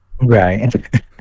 Right